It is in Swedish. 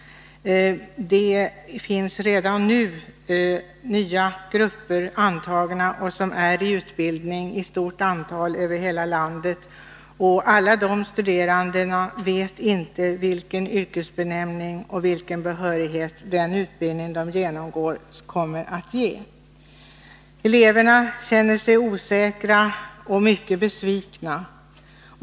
Det finns faktiskt redan nu ett stort antal nya grupper antagna som är i utbildning över hela landet. Inte alla studerande vet vilken yrkesbenämning och vilken behörighet den utbildning de genomgår kommer att ge. Eleverna känner sig osäkra och mycket besvikna.